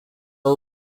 are